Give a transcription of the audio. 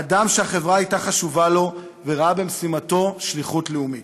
אדם שהחברה הייתה חשובה לו וראה במשימתו שליחות לאומית.